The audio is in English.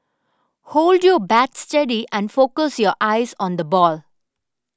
hold your bat steady and focus your eyes on the ball